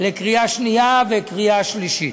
בקריאה שנייה וקריאה שלישית.